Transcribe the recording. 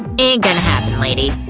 ain't gonna happen, lady.